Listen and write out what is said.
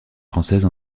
française